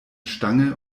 stange